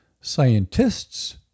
Scientists